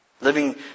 Living